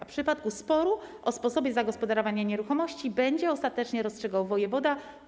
W przypadku sporu o sposobie zagospodarowania nieruchomości będzie ostatecznie rozstrzygał wojewoda,